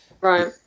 Right